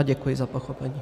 A děkuji za pochopení.